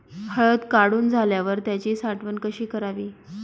हळद काढून झाल्यावर त्याची साठवण कशी करावी?